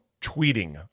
tweeting